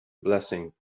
blessing